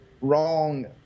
wrong